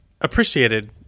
appreciated